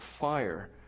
fire